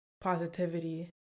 positivity